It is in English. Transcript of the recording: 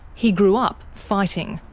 he grew up fighting.